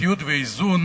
מידתיות ואיזון,